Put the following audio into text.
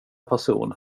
person